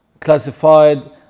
classified